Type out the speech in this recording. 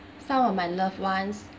some of my loved ones